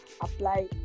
apply